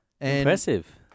Impressive